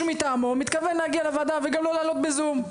מטעמו מתכוון להגיע לוועדה וגם לא להעלות בזום,